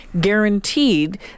guaranteed